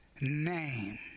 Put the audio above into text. name